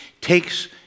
takes